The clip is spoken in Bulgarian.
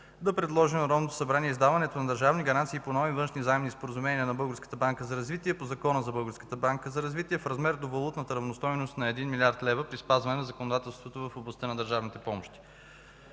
да предложи на Народното събрание издаването на държавни гаранции по нови външни заемни споразумения на Българската банка за развитие по Закона за българската банка за развитие в размер до валутната равностойност на 1 млрд. лв. при спазване на законодателството в областта на държавните помощи.